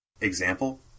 example